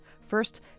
First